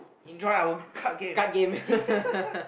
enjoy our card game ya